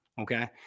okay